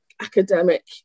academic